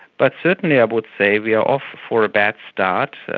but certainly i would say we are off for a bad start.